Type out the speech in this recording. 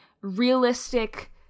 realistic